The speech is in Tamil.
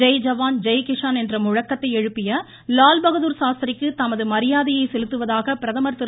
ஜெய் ஜவான் ஜெய் கிஷான் என்ற முழக்கத்தை எழுப்பிய லால்பகதூர் சாஸ்திரிக்கு தமது மரியாதையை செலுத்துவதாக பிரதமர் திரு